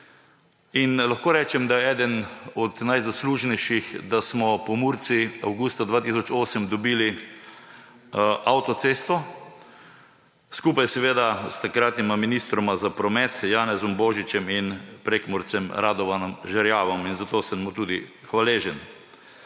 in lahko rečem, da eden od najzaslužnejših, da smo Pomurci avgusta 2008 dobili avtocesto, skupaj seveda s takratnima ministroma za promet Janezom Božičem in Prekmurcem Radovanom Žerjavom in za to sem mu tudi hvaležen.